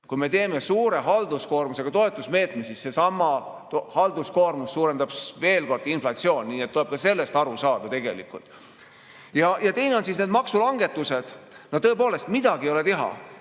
kui me teeme suure halduskoormusega toetusmeetme, siis seesama halduskoormus suurendab veelgi inflatsiooni. Tuleb ka sellest aru saada. Ja teine [abinõu] on maksulangetused. Tõepoolest, midagi ei ole teha,